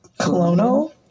Colonel